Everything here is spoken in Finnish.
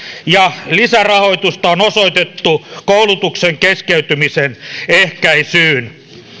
ja lisärahoitusta on osoitettu koulutuksen keskeytymisen ehkäisyyn